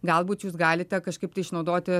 galbūt jūs galite kažkaip tai išnaudoti